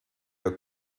your